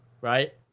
right